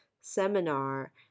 seminar